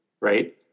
right